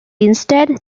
instead